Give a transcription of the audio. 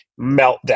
meltdown